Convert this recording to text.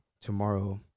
tomorrow